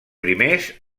primers